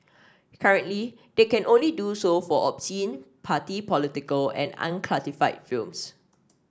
currently they can only do so for obscene party political and unclassified films